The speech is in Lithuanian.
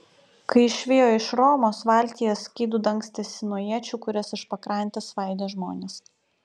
kai išvijo iš romos valtyje skydu dangstėsi nuo iečių kurias iš pakrantės svaidė žmonės